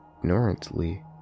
ignorantly